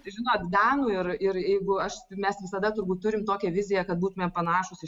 tai žinot danų ir ir jeigu aš mes visada turbūt turim tokią viziją kad būtumėm panašūs į